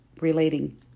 relating